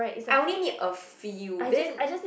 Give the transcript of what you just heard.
I only need a few then